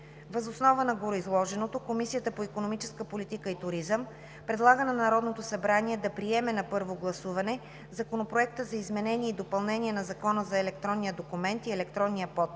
Въз основа на гореизложеното Комисията по икономическа политика и туризъм предлага на Народното събрание да приеме на първо гласуване Законопроекта за изменение и допълнение на Закона за електронния документ и електронния